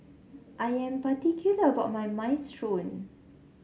I am particular about my Minestrone